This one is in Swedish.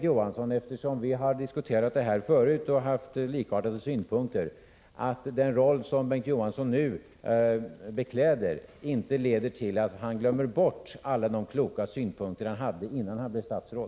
Å. Johansson och jag har diskuterat detta förut och haft likartade synpunkter, och jag hoppas att den roll som han nu bekläder inte skall medföra att han glömmer bort alla de kloka synpunkter han hade innan han blev statsråd.